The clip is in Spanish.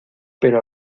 pero